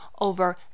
over